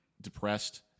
depressed